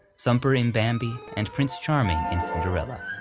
thumper in bambi, and prince charming in cinderella,